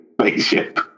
spaceship